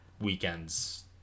weekends